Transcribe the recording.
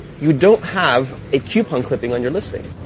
you don't have a coupon clipping on your listing.